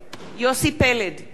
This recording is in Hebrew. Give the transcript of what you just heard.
נוכח.